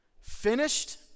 finished